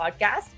podcast